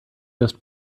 just